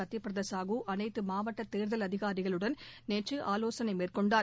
சத்யபிரதா சாஹூ அனைத்து மாவட்ட தேர்தல் அதிகாரிகளுடன் நேற்று ஆலோசனை நடத்தினார்